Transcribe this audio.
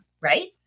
right